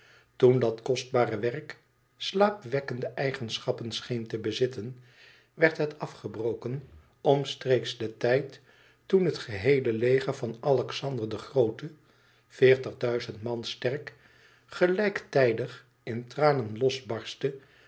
toen dat kostbare werk slaapwekkende eigenschappen scheen te bezitten werd het afgebroken omstreeks deiv tijd toen het geheele leger van alexander den groote veertig duizend man sterk gelijktijdig in tranen losbarstte